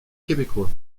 québécois